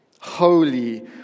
Holy